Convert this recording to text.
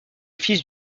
fils